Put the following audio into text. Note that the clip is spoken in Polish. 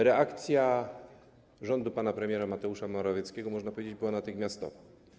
Reakcja rządu pana premiera Mateusza Morawieckiego, można powiedzieć, była natychmiastowa.